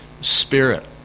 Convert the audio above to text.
spirit